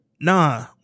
Nah